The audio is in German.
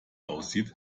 aussieht